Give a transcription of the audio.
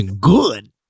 good